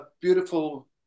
Beautiful